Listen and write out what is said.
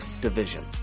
division